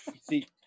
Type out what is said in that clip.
See